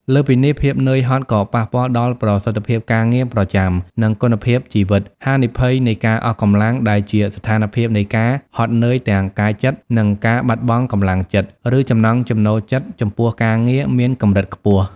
លើសពីនេះ ភាពនឿយហត់ក៏ប៉ះពាល់ដល់ប្រសិទ្ធភាពការងារប្រចាំ និងគុណភាពជីវិត ហានិភ័យនៃការអស់កម្លាំងដែលជាស្ថានភាពនៃការហត់នឿយទាំងកាយចិត្ត និងការបាត់បង់កម្លាំងចិត្ត ឬចំណង់ចំណូលចិត្តចំពោះការងារ មានកម្រិតខ្ពស់។